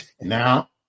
Now